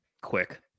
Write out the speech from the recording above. quick